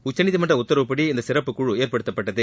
உச்சநீதிமன்ற உத்தரவுப்படி இந்த சிறப்புக்குழு ஏற்படுத்தப்பட்டது